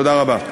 תודה רבה.